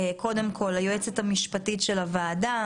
היועצת המשפטית של הוועדה,